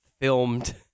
filmed